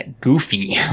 goofy